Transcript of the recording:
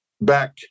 back